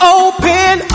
open